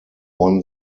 won